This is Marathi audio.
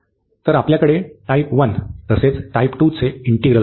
तर आपल्याकडे टाइप 1 तसेच टाइप 2 चे इंटिग्रल आहेत